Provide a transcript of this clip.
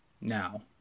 Now